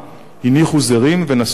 הניחו זרים ונשאו דברים.